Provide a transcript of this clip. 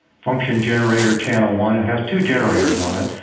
function generator channel one. it has two generators on it.